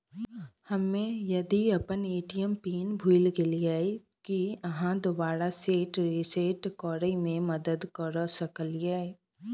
हम्मे यदि अप्पन ए.टी.एम पिन भूल गेलियै, की अहाँ दोबारा सेट रिसेट करैमे मदद करऽ सकलिये?